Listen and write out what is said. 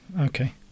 Okay